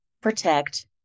protect